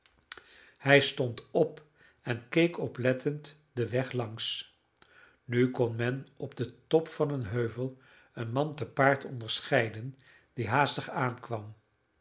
hij stond op en keek oplettend den weg langs nu kon men op den top van een heuvel een man te paard onderscheiden die haastig aankwam